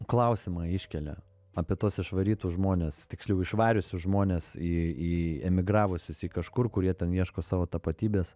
klausimą iškelia apie tuos išvarytus žmones tiksliau išvariusius žmones į į emigravusius į kažkur kur jie ten ieško savo tapatybės